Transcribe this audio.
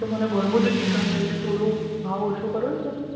એમ તો મને ઘણું બધું ચિકન જોઈએ થોડો ભાવ ઓછો કરો ને તમે